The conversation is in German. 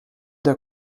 der